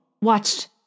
watched